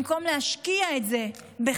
במקום להשקיע את זה בחימוש,